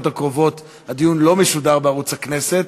הקרובות הדיון לא משודר בערוץ הכנסת,